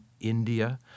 India